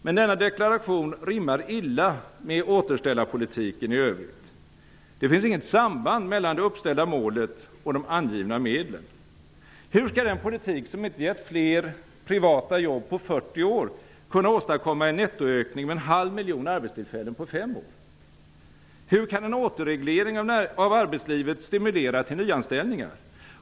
Men denna deklaration rimmar illa med återställarpolitiken i övrigt. Det finns inget samband mellan det uppställda målet och de angivna medlen. Hur skall den politik som inte gett fler privata jobb på 40 år kunna åstadkomma en nettoökning med en halv miljon arbetstillfällen på fem år? Hur kan en återreglering av arbetslivet stimulera till nyanställningar?